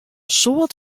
soad